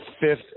fifth